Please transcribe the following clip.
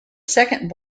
second